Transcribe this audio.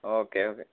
okay okay